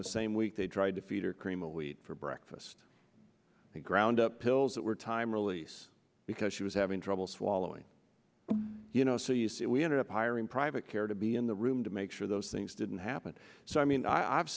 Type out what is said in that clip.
the same week they tried to feed her cream of wheat for breakfast and ground up pills that were time release because she was having trouble swallowing you know so you see we ended up hiring private care to be in the room to make sure those things didn't happen so i mean i've